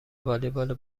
والیبال